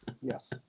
Yes